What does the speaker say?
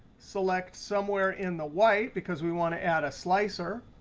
select somewhere in the white, because we want to add a slicer.